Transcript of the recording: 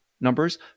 numbers